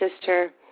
sister